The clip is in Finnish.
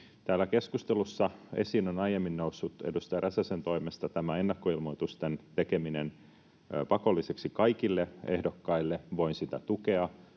Täällä keskustelussa esiin on aiemmin noussut edustaja Räsäsen toimesta ennakkoilmoitusten tekeminen pakollisiksi kaikille ehdokkaille. Voin sitä tukea,